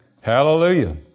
Hallelujah